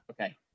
Okay